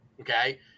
Okay